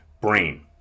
brain